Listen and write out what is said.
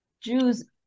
Jews